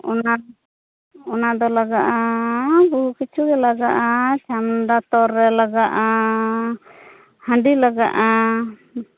ᱚᱱᱟ ᱚᱱᱟ ᱫᱚ ᱞᱟᱜᱟᱜᱼᱟ ᱵᱩᱦᱩ ᱠᱤᱪᱷᱩ ᱜᱮ ᱞᱟᱜᱟᱜᱼᱟ ᱪᱷᱟᱢᱰᱟ ᱛᱚᱞ ᱨᱮ ᱞᱟᱜᱟᱜᱼᱟ ᱦᱟᱹᱰᱤ ᱞᱟᱜᱟᱜᱼᱟ